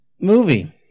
movie